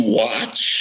watch